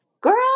girl